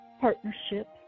partnership